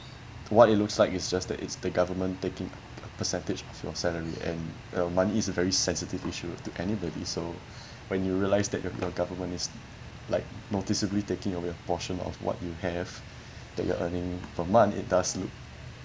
what it looks like it's just the it's the government taking a percentage of your salary and uh money is a very sensitive issue to anybody so when you realise that yo~ your government is like noticeably taking away a portion of what you have that you're earning per month it does look